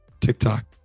TikTok